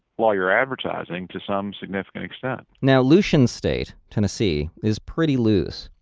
lawyer advertising to some significant extent now lucian's state, tennessee is pretty loose.